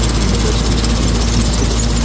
universities can be more considered.